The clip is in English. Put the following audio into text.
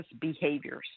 behaviors